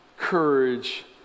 Courage